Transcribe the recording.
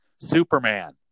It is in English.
Superman